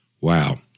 Wow